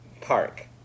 Park